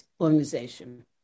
organization